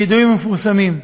ידוע ומפורסם.